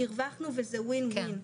הרווחנו וזה ווין-ווין.